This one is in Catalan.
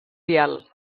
vial